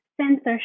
censorship